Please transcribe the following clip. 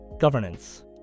Governance